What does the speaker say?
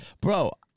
bro